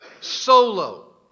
solo